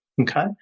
okay